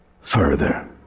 Further